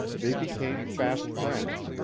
they became fast friends,